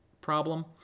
problem